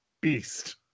beast